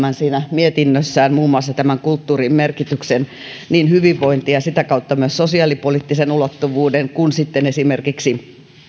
mietinnössään muun muassa niin kulttuurin merkityksen hyvinvoinnille ja sitä kautta myös sosiaalipoliittisen ulottuvuuden kuin sitten esimerkiksi